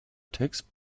text